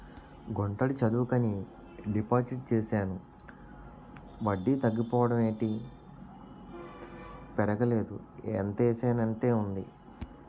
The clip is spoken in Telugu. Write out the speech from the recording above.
గుంటడి చదువుకని డిపాజిట్ చేశాను వడ్డీ తగ్గిపోవడం ఏటి పెరగలేదు ఎంతేసానంతే ఉంది